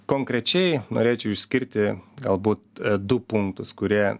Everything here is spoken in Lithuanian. konkrečiai norėčiau išskirti galbūt du punktus kurie